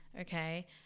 okay